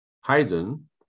Haydn